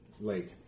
late